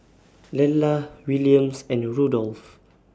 Lella Williams and Rudolph